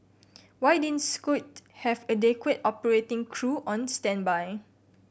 why didn't Scoot have adequate operating crew on standby